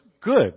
good